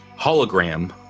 hologram